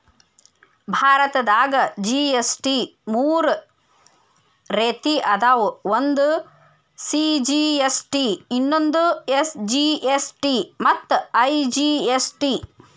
ಭಾರತದಾಗ ಜಿ.ಎಸ್.ಟಿ ಮೂರ ರೇತಿ ಅದಾವ ಒಂದು ಸಿ.ಜಿ.ಎಸ್.ಟಿ ಇನ್ನೊಂದು ಎಸ್.ಜಿ.ಎಸ್.ಟಿ ಮತ್ತ ಐ.ಜಿ.ಎಸ್.ಟಿ